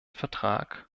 vertrag